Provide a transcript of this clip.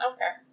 Okay